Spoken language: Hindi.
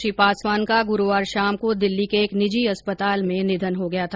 श्री पासवान का गुरूवार शाम को दिल्ली के एक निजी अस्पताल में निधन हो गया था